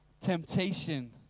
temptation